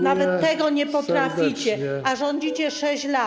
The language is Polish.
Nawet tego nie potraficie, a rządzicie 6 lat.